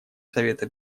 совета